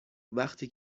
وقتی